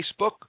Facebook